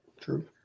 True